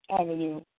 Avenue